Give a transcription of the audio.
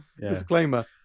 disclaimer